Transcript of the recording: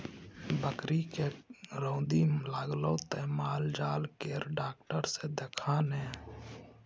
बकरीके रौदी लागलौ त माल जाल केर डाक्टर सँ देखा ने